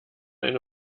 eine